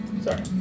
Sorry